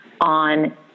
On